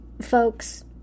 Folks